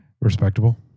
Respectable